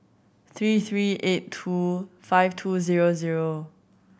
three three eight two five two zero zero